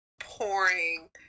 pouring